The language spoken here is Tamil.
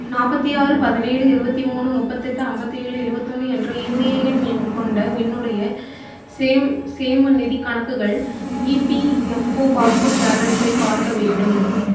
நாற்பத்தி ஆறு பதினேழு இருபத்தி மூணு முப்பத்தெட்டு ஐம்பத்தேழு எழுவத்தொன்று என்ற யுஏஎன் எண் கொண்ட என்னுடைய சேமநிதிக் கணக்குகள் இபிஎஃப்ஓ பாஸ்புக் பேலன்ஸை பார்க்க வேண்டும்